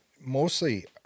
Mostly